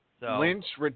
Lynch